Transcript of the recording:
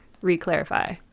re-clarify